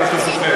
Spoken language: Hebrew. אם אתה זוכר.